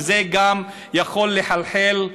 וגם זה יכול לחלחל,